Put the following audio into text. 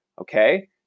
okay